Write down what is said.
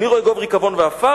אני רואה גוב ריקבון ועפר,